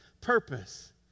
purpose